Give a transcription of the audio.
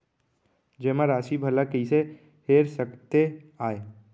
जेमा राशि भला कइसे हेर सकते आय?